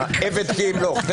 עבד כי ימלוך.